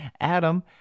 Adam